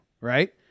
right